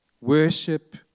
Worship